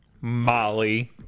Molly